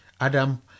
Adam